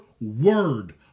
word